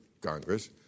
Congress